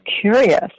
curious